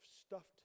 stuffed